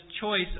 choice